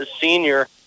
senior